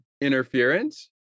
interference